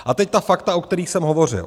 A teď ta fakta, o kterých jsem hovořil.